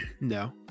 No